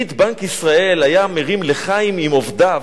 כשנגיד בנק ישראל היה מרים "לחיים" עם עובדיו,